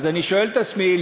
אני שואל את עצמי,